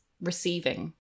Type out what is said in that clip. receiving